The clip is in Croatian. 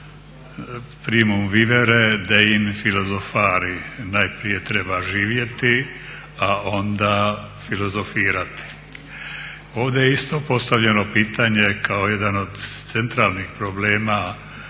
"Primo vivere deinde philosophari" "Najprije treba živjeti a onda filozofirati." Ovdje je isto postavljeno pitanje kao jedan od centralnih problema